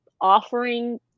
offering